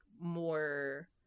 more